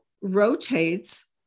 rotates